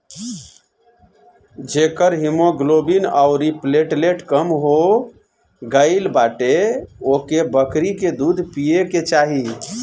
जेकर हिमोग्लोबिन अउरी प्लेटलेट कम हो गईल बाटे ओके बकरी के दूध पिए के चाही